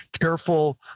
careful